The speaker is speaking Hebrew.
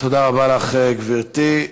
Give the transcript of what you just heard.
תודה רבה לך, גברתי.